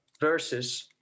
Versus